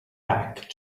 back